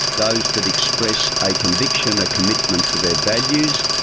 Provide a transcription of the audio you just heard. those that express a conviction, a commitment to their values,